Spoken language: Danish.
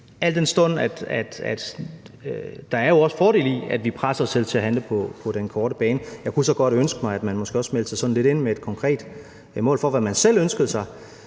der er jo også fordele i, at vi presser os selv til at handle på den korte bane. Jeg kunne så godt ønske mig, at man måske også meldte sådan lidt ind med et konkret mål for, hvad man selv ønskede sig.